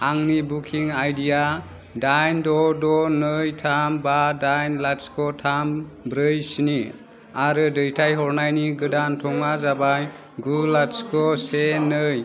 आंनि बुकिं आइदि या दाइन द' द' नै थाम बा दाइन लाथिख' थाम ब्रै स्नि आरो दैथायहरनायनि गोदान थङा जाबाय गु लाथिख' से नै